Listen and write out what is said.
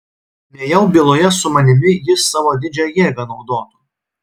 nejau byloje su manimi jis savo didžią jėgą naudotų